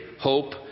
hope